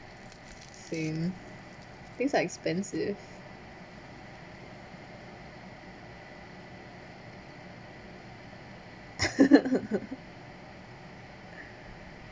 same things are expensive